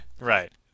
Right